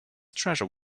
treasure